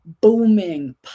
booming